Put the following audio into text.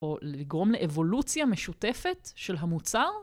או לגרום לאבולוציה משותפת של המוצר?